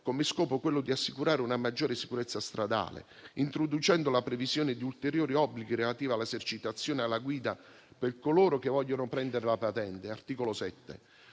lo scopo di assicurare una maggiore sicurezza stradale, introducendo la previsione di ulteriori obblighi relativi all'esercitazione alla guida per coloro che vogliono prendere la patente (articolo 7).